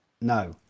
No